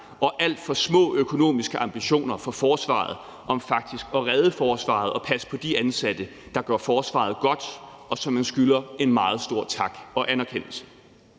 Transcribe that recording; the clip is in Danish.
og alt for små økonomiske ambitioner for forsvaret og for faktisk at redde forsvaret og passe på de ansatte, der gør forsvaret godt, og som vi skylder en meget stor tak og anerkendelse.